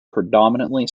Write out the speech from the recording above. predominantly